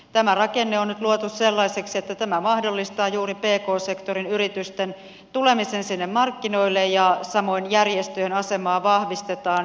tämä rakenne on nyt luotu sellaiseksi että tämä mahdollistaa juuri pk sektorin yritysten tulemisen markkinoille ja samoin järjestöjen asemaa vahvistetaan